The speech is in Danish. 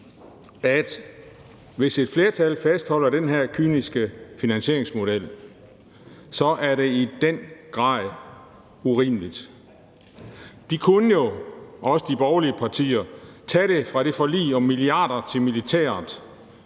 at hvis et flertal fastholder den her kyniske finansieringsmodel, er det i den grad urimeligt. De kunne jo, også de borgerlige partier, tage dem fra det forlig om milliarder af kroner til militæret.